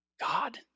God